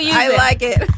yeah i like it